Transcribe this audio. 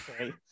Okay